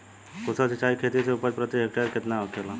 कुशल सिंचाई खेती से उपज प्रति हेक्टेयर केतना होखेला?